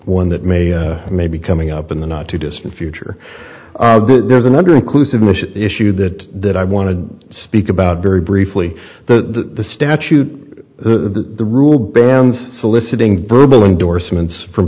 one that may may be coming up in the not too distant future there's another inclusiveness issue that that i want to speak about very briefly the statute the rule bans soliciting verbal endorsements from